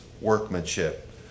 workmanship